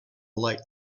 light